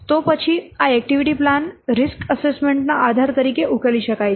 તો પછી આ એક્ટિવિટી પ્લાન રીસ્ક એસેસમેન્ટ ના આધાર તરીકે ઉકેલી શકાય છે